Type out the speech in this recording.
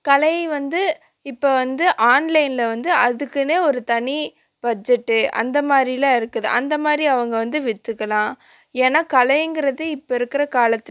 கலை வந்து இப்போ வந்து ஆன்லைனில் வந்து அதுக்குனே ஒரு தனி பட்ஜெட்டு அந்தமாதிரிலாம் இருக்குது அந்தமாதிரி அவங்க வந்து விற்றுக்கலாம் ஏன்னால் கலைங்கிறது இப்போ இருக்கற காலத்து